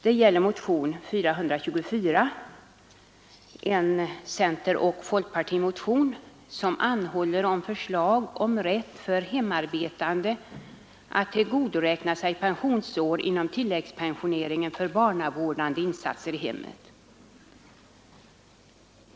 Det gäller centeroch folkpartimotionen 424, i vilken man anhåller om förslag rörande rätt för hemarbetande att tillgodoräkna sig pensionsår inom tilläggspensioneringen för barnavårdande insatser i hemmet.